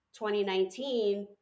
2019